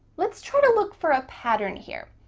let's try to look for a pattern here.